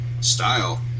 style